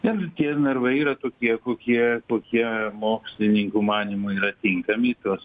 ne nu tie narvai yra tokie kokie kokie mokslininkų manymu yra tinkami tuos